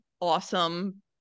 awesome